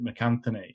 McAnthony